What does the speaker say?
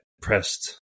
pressed